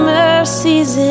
mercies